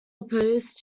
opposed